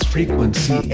Frequency